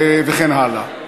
וכן הלאה.